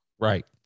Right